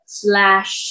slash